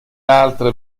altre